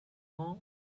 home